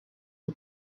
the